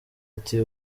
ati